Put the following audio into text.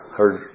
heard